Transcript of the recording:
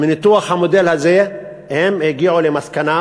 מניתוח המודל הזה הם הגיעו למסקנה